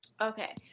Okay